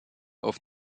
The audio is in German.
auf